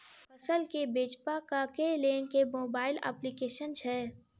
फसल केँ बेचबाक केँ लेल केँ मोबाइल अप्लिकेशन छैय?